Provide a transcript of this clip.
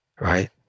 right